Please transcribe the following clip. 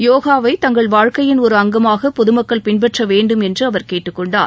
யோகாவை தங்கள் வாழ்க்கையின் ஒரு அங்கமாக பொதுமக்கள் பின்பற்ற வேண்டும் என்று அவர் கேட்டுக் கொண்டார்